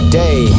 day